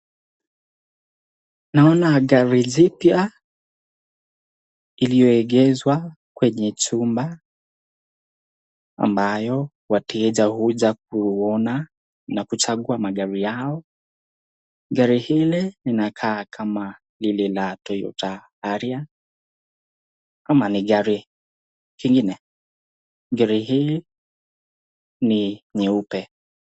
Naona gari jipya iliyoegeshwa kwenye chumba, ambayo wateja huja kuona na kuchagua magari yao. Gari hili ninakaa kama lile la Toyota Harrier ama ni gari ingine. Gari hii ni nyeupe.